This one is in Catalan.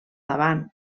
davant